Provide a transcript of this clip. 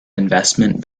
investment